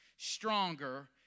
stronger